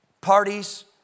parties